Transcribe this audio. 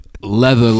Leather